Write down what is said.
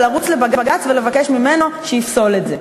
ולרוץ לבג"ץ ולבקש ממנו שיפסול את זה?